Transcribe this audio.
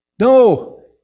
No